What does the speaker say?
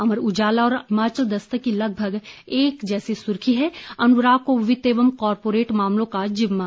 अमर उजाला और हिमाचल दस्तक की लगभग एक जैसी सुर्खी है अनुराग को वित्त एवं कारपोरेट मामलों का जिम्मा